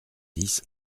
dix